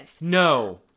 No